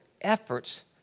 efforts